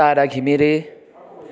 Tara Ghimire